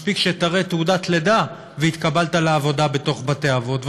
מספיק שתראה תעודת לידה והתקבלת לעבודה בתוך בתי-האבות.